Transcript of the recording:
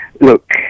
Look